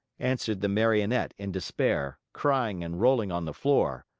answered the marionette in despair, crying and rolling on the floor.